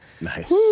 Nice